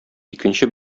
икенче